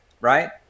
Right